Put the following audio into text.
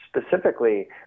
specifically